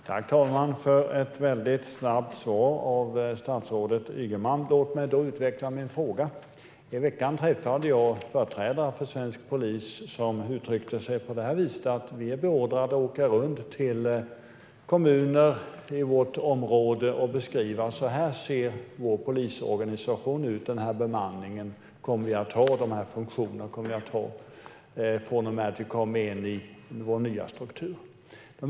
Herr talman! Jag tackar för ett väldigt snabbt svar från statsrådet Ygeman. Låt mig utveckla min fråga. I veckan träffade jag företrädare för svensk polis som uttryckte sig så här: Vi är beordrade att åka runt till kommuner i vårt område och beskriva hur vår polisorganisation ser ut och vilken bemanning och vilka funktioner vi kommer att ha när vi kommer in i vår nya struktur. Herr talman!